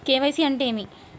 KYC అంటే ఏమి?